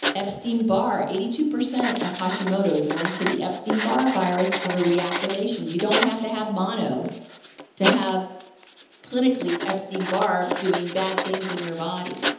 epstein-barr. eighty two percent of hashimoto's linked to the epstein-barr virus of a reactivation. you don't have to have mono to have clinically epstein-barr doing bad things in your body.